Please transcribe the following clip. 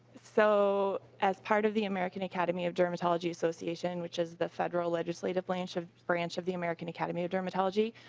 so as part of the american academy of dermatology association which is the federal legislative branch of branch of the american academy of dermatology